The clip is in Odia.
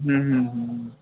ହୁଁ ହୁଁ ହୁଁ